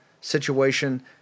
situation